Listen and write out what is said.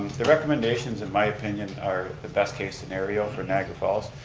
the recommendation in my opinion are the best case scenario for niagara falls.